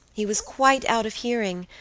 he was quite out of hearing,